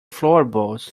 floorboards